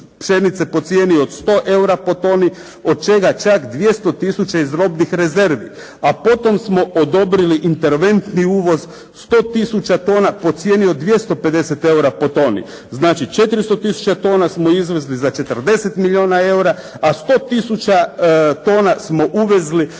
pšenice po cijeni od 100 EUR-a po toni od čega čak 200 tisuća iz robnih rezervi. A potom smo odobrili interventni uvoz 100 tisuća tona po cijeni od 250 EUR-a po toni. Znači 400 tisuća tona smo izvezli za 40 milijuna EUR-a a 100 tisuća tona smo uvezli za